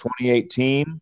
2018